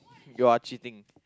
you're cheating